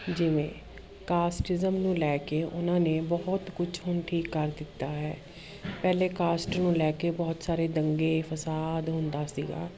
ਜਿਵੇਂ ਕਾਸਟਿਜ਼ਮ ਨੂੰ ਲੈ ਕੇ ਉਹਨਾਂ ਨੇ ਬਹੁਤ ਕੁਛ ਹੁਣ ਠੀਕ ਕਰ ਦਿੱਤਾ ਹੈ ਪਹਿਲਾਂ ਕਾਸਟ ਨੂੰ ਲੈ ਕੇ ਬਹੁਤ ਸਾਰੇ ਦੰਗੇ ਫਸਾਦ ਹੁੰਦਾ ਸੀਗਾ